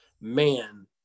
man